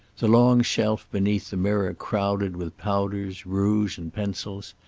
the long shelf beneath the mirror crowded with powders, rouge and pencils,